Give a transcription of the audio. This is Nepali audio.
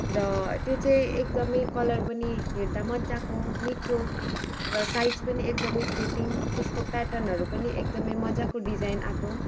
र त्यो चाहिँ एकदमै कलर पनि हेर्दा मजाको मिठो र साइज पनि एकदमै फिटिङ त्यसको प्याट्रनहरू पनि एकदमै मजाको डिजाइन आएको